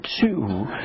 two